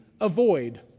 avoid